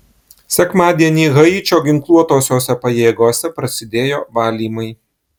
sekmadienį haičio ginkluotosiose pajėgose prasidėjo valymai